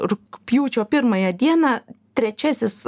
rugpjūčio pirmąją dieną trečiasis